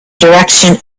direction